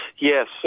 Yes